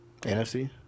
NFC